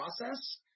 process